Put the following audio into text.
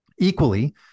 Equally